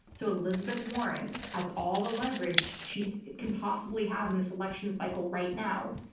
so elizabeth warren has all the leverage she can possibly have in this election cycle right now.